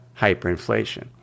hyperinflation